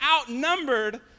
outnumbered